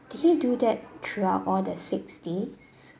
did he do that throughout all the six days